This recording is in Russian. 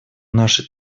наши